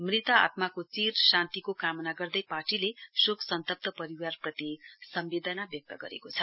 मृत आत्माको चिरशान्तिको कामना गर्दै पार्टीले शोक सन्तप्त परिवारप्रति सम्वेदना व्यक्त गरेको छ